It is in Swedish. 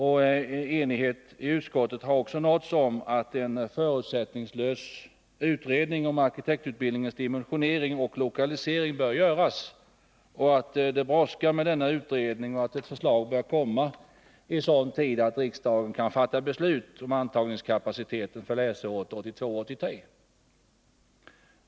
Enighet i utskottet har nåtts om att en förutsättningslös utredning om arkitektutbildningens dimensionering och lokalisering bör göras. Det brådskar med denna utredning. Förslag bör komma i sådan tid att riksdagen kan fatta beslut om antagningskapaciteten för läsåret 1982/83.